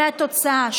והתוצאה: